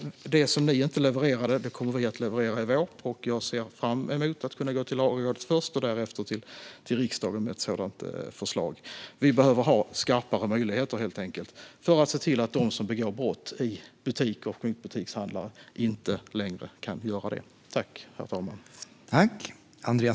Det som ni inte levererade kommer vi att leverera i vår. Jag ser fram emot att först kunna gå till Lagrådet och därefter till riksdagen med ett sådant förslag. Vi behöver ha skarpare möjligheter helt enkelt för att se till att de som begår brott i butiker och mot butikshandlare inte längre kan göra det.